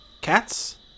...cats